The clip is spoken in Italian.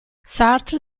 sartre